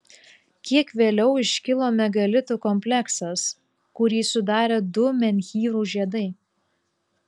kiek vėliau iškilo megalitų kompleksas kurį sudarė du menhyrų žiedai